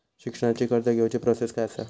शिक्षणाची कर्ज घेऊची प्रोसेस काय असा?